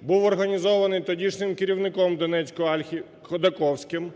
був організований тодішнім керівником донецької "Альфи" Ходаковським.